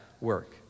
work